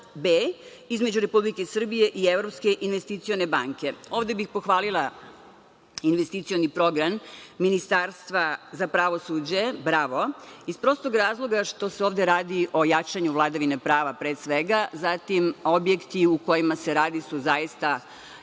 B, između Republike Srbije i Evropske investicione banke. Ovde bih pohvalila investicioni program Ministarstva za pravosuđe – bravo, iz prostog razloga što se ovde radi o jačanju vladavine prava, pre svega, zatim objekti u kojima su radi su zaista